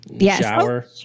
shower